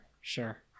sure